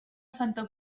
santa